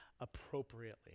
appropriately